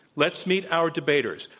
let's meet our debaters.